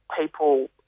people